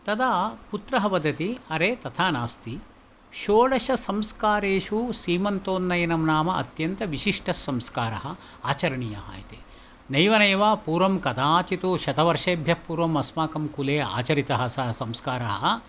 तदा पुत्रः वदति अरे तथा नास्ति षोडशसंस्कारेषु सीमन्तोन्नयनं नाम अत्यन्तविशिष्टस्संस्कारः आचरणीयः इति नैव नैव पूर्वं कदाचित् शतवर्षेभ्यः पूर्वम् अस्माकं कुले आचरितः सः संस्कारः